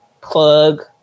plug